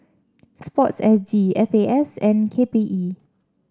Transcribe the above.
sports S G F A S and K P E